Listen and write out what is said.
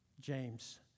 James